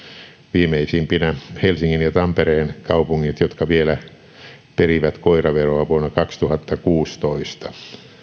viimeisimpinä helsingin ja tampereen kaupungit jotka perivät koiraveroa vielä vuonna kaksituhattakuusitoista